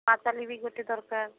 ପାତାଳି ବି ଗୋଟେ ଦରକାର